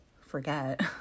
forget